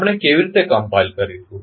આપણે કેવી રીતે કમ્પાઇલ કરીશું